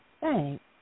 Thanks